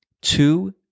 two